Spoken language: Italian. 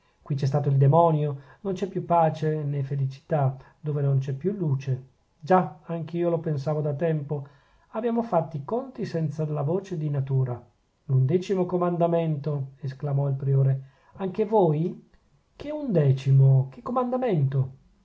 qui c'è stato il demonio non c'è più pace nè felicità dove non c'è più luce già anch'io lo pensavo da tempo abbiamo fatti i conti senza la voce di natura l'undecimo comandamento esclamò il priore anche voi che undecimo che comandamento